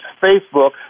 Facebook